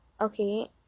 Okay